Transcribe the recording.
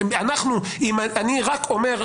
אני רק אומר,